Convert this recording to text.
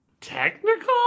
technical